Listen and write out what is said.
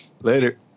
Later